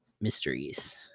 Mysteries